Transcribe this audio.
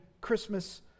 Christmas